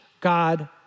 God